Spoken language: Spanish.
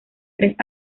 tres